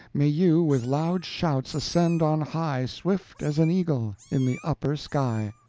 may you, with loud shouts ascend on high swift as an eagle in the upper sky.